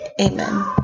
Amen